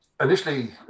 Initially